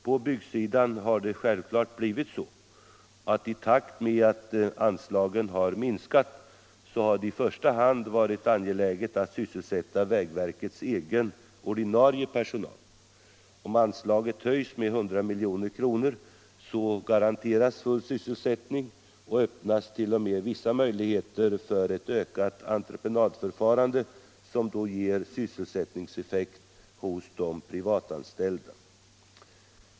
På byggsidan har det självfallet blivit så, att i takt med att anslagen minskat har det i första hand varit angeläget att sysselsätta vägverkets egen ordinarie personal. Om anslaget höjs med 100 milj.kr. garanteras full sysselsättning, och det öppnas t.o.m. vissa möjligheter för ett ökat entreprenadförfarande, som då ger sysselsättningseffekt hos de privatanställda.